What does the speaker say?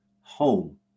home